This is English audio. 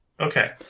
Okay